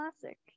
Classic